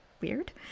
weird